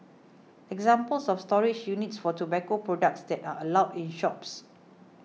examples of storage units for tobacco products that are allowed in shops